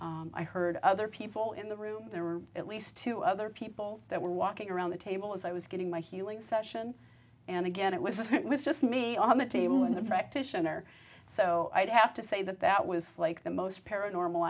face i heard other people in the room there were at least two other people that were walking around the table as i was getting my healing session and again it was just me on the team and the practitioner so i'd have to say that that was like the most paranormal